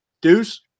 Deuce